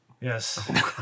Yes